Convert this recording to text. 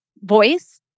voice